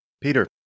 Peter